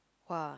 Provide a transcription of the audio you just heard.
!wah!